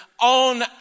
on